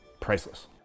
priceless